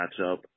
matchup